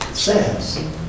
says